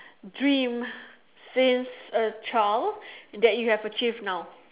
dream since a child that you have achieved now